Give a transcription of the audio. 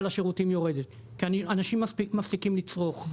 לשירותים יורדת כי אנשים מפסיקים לצרוך.